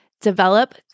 develop